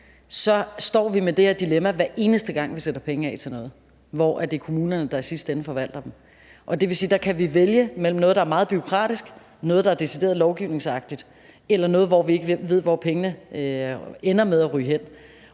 står vi med det her dilemma, hver eneste gang vi sætter penge af til noget, fordi kommunerne i sidste ende forvalter dem. Det vil sige, at vi kan vælge mellem noget, der er meget bureaukratisk, noget, der er decideret lovgivningsagtigt, eller noget, hvor vi ikke ved, hvor pengene ender med at ryge hen.